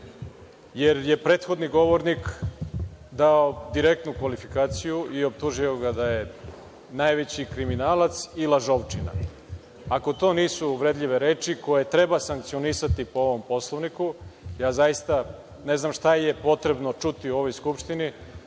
jer je prethodni govornik dao direktnu kvalifikaciju i optužio ga da je najveći kriminalac i lažovčina. Ako to nisu uvredljive reči koje treba sankcionisati po ovom Poslovniku, zaista ne znam šta je potrebno čuti u ovoj Skupštini